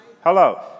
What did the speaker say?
Hello